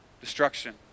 destruction